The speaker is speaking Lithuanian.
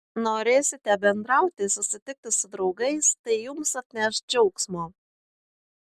norėsite bendrauti susitikti su draugais tai jums atneš džiaugsmo